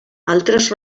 altres